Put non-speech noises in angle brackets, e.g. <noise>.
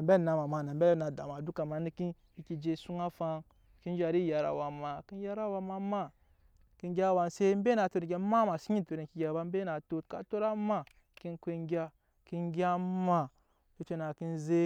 ambe <hesitation> anama ma na ambe anada ma duka ma neken mbi ne ke je suŋ afaŋ ke zhat eyat awa ma ke yat awa ma maa ke gyɛp awa set embe na tot eŋke egya ema ma xsen nyi etot eŋke egya ba embe naa tot ka tot á maa ke ko engya ke gya maa bete na ke zek.